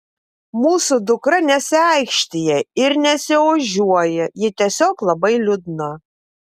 mūsų dukra nesiaikštija ir nesiožiuoja ji tiesiog labai liūdna